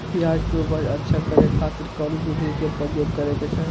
प्याज के उपज अच्छा करे खातिर कौन विधि के प्रयोग करे के चाही?